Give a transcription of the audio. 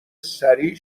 سریع